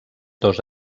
dos